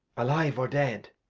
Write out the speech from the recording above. alive, or dead?